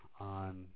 on